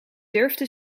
durfde